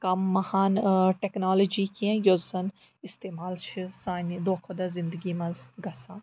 کَم مَہان ٲں ٹیٚکنالوجی کیٚنٛہہ یۄس زَن استعمال چھِ سانہِ دۄہ کھۄتہٕ دۄہ زِنٛدگی منٛز گَژھان